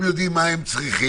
הם יודעים מה הם צריכים,